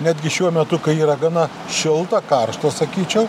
netgi šiuo metu kai yra gana šilta karšta sakyčiau